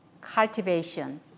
cultivation